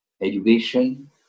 education